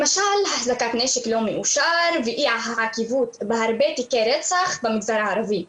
למשל החזקת נשק לא מאושר ואי עקביות בהרבה תיקי רצח במגזר הערבי.